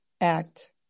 act